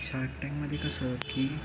shark टँकमध्ये कसं की